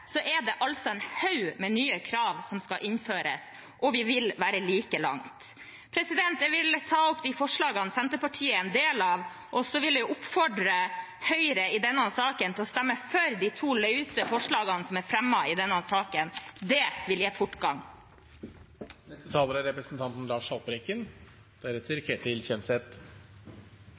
er det altså en haug med nye krav som skal innføres, og vi vil være like langt. Jeg vil vise til de forslagene Senterpartiet er en del av, og jeg vil oppfordre Høyre til å stemme for de to løse forslagene som er fremmet i denne saken. Det vil gi fortgang.